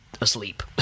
asleep